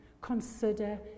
Consider